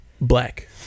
black